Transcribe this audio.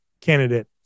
candidate